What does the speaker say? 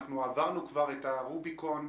כבר עברנו את הרוביקון,